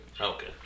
Okay